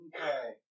Okay